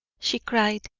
she cried,